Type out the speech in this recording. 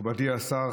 מכובדי השר,